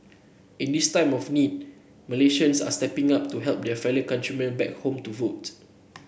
in this time of need Malaysians are stepping up to help their fellow countrymen back home to vote